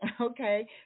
okay